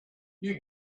you